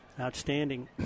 Outstanding